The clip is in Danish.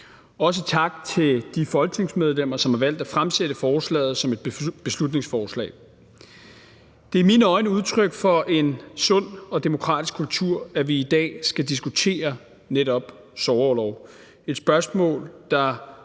også takke de folketingsmedlemmer, som har valgt at fremsætte forslaget som et beslutningsforslag. Det er i mine øjne et udtryk for en sund og demokratisk kultur, at vi i dag skal diskutere netop sorgorlov – et spørgsmål, der